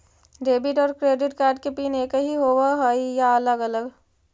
Debit और credit card के pin एकही होव हइ या अलग अलग?